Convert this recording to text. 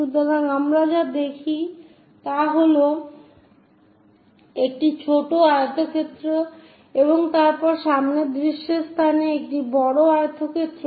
সুতরাং আমরা যা দেখি তা হল একটি ছোট আয়তক্ষেত্র এবং তারপরে সামনের দৃশ্যের স্থানে একটি বড় আয়তক্ষেত্র